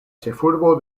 ĉefurbo